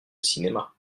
cinéma